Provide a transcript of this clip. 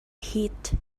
hit